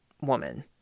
woman